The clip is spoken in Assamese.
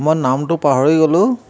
মই নামটো পাহৰি গ'লো